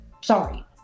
sorry